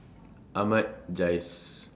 Ahmad Jais